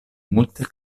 multe